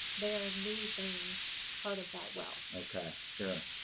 they are losing part of that wealth. okay, sure.